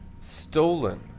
stolen